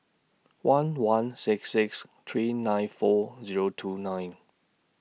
one one six six three nine four Zero two nine